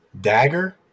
Dagger